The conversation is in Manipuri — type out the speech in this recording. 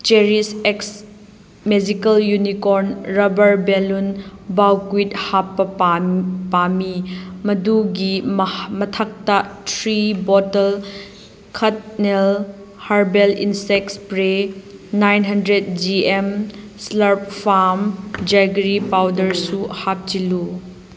cherries X magical unicorn rubber balloon pack with ꯍꯥꯞꯄ ꯄꯥꯝꯃꯤ ꯃꯗꯨꯒꯤ ꯃꯊꯛꯇ ꯐ꯭ꯔꯤ ꯕꯣꯇꯜ ꯈꯠꯅꯦꯜ herbal insect spray nine hundred G M ꯏꯁꯂꯞ ꯐꯥꯝ ꯖꯦꯒꯔꯤ ꯄꯥꯎꯗꯔꯁꯨ ꯍꯥꯞꯆꯤꯜꯂꯨ